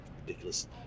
ridiculous